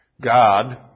God